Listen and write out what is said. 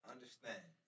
Understand